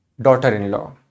daughter-in-law